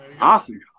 Awesome